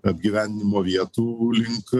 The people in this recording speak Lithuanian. apgyvendinimo vietų link